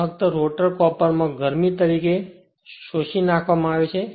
જે ફક્ત rotor copper માં ગરમી તરીકે શોષી નાખવામાં આવે છે